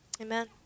Amen